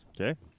Okay